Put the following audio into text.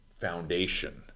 foundation